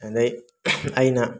ꯑꯗꯩ ꯑꯩꯅ